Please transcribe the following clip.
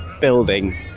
building